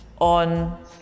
on